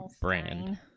brand